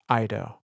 Ido